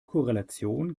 korrelation